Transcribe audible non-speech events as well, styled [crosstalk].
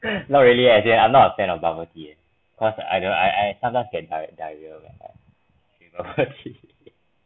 not really actually I'm not a fan of bubble tea eh cause I I sometimes get diar~ diarrhoea because of bubble tea [laughs]